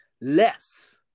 less